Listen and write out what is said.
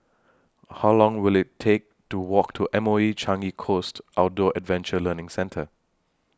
How Long Will IT Take to Walk to M O E Changi Coast Outdoor Adventure Learning Centre